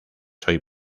hoy